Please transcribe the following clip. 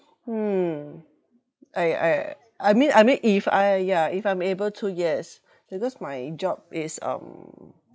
mm I I I mean I mean if I ya if I'm able to yes because my job is um